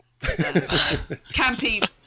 Campy